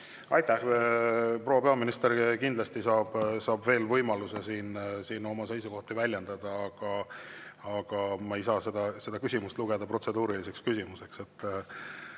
Aitäh! Proua peaminister kindlasti saab veel võimaluse siin oma seisukohti väljendada. Aga ma ei saa seda küsimust lugeda protseduuriliseks küsimuseks.